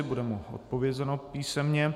Bude mu odpovězeno písemně.